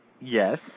Yes